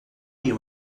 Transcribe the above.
you